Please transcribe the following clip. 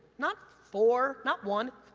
not four, not one,